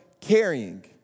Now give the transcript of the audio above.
carrying